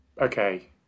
Okay